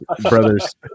brothers